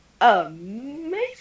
amazing